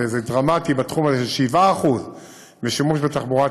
וזה דרמטי בתחום הזה: 7% שימוש בתחבורה ציבורית.